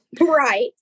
Right